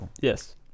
Yes